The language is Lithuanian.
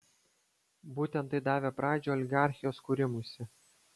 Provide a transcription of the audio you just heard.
būtent tai davė pradžią oligarchijos kūrimuisi